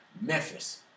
Memphis